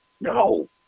No